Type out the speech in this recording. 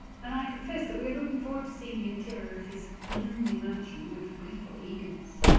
and i confess that we are looking forward to seeing the interior of his gloomy mansion with gleeful eagerness.